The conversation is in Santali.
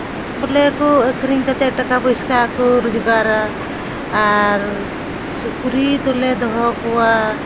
ᱵᱚᱞᱮ ᱠᱚ ᱟᱹᱠᱷᱨᱤᱧ ᱠᱟᱛᱮᱫ ᱴᱟᱠᱟ ᱯᱚᱭᱥᱟ ᱠᱚ ᱨᱳᱡᱽᱜᱟᱨᱟ ᱟᱨ ᱥᱩᱠᱨᱤ ᱫᱚᱞᱮ ᱫᱚᱦᱚ ᱠᱚᱣᱟ